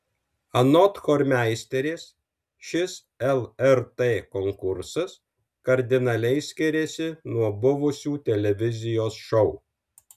anot chormeisterės šis lrt konkursas kardinaliai skiriasi nuo buvusių televizijos šou